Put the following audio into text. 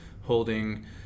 holding